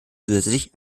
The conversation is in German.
zusätzlich